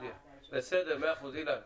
אילן כאן.